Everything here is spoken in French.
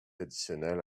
additionnels